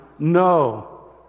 no